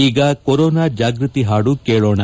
ಈಗ ಕೊರೋನಾ ಜಾಗೃತಿ ಹಾದು ಕೇಳೋಣ